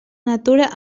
natura